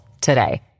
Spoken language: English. today